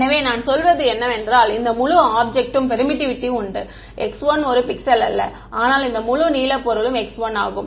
எனவே நான் சொல்வது என்னவென்றால் இந்த முழு ஆப்ஜெக்ட்க்கும் பெர்மிட்டிவிட்டி உண்டு x1 ஒரு பிக்சல் அல்ல ஆனால் இந்த முழு நீல பொருளும் x1 ஆகும்